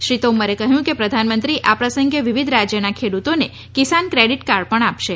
શ્રી તોમરે કહયું કે પ્રધાનમંત્રી આ પ્રસંગે વિવિધ રાજ્યના ખેડુતોને કિસાન ક્રેડીટ કાર્ડ પણ આપશે